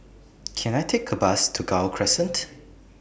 Can I Take A Bus to Gul Crescent